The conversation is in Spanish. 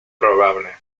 probable